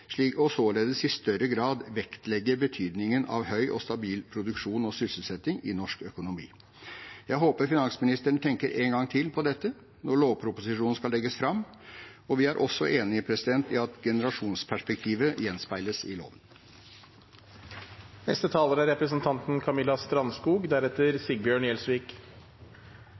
således i større grad vektlegger betydningen av høy og stabil produksjon og sysselsetting i norsk økonomi. Jeg håper finansministeren tenker en gang til på dette når lovproposisjonen skal legges fram. Vi er også enig i at generasjonsperspektivet gjenspeiles i loven. Sentralbankloven vi har i dag, er